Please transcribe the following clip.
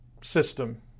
system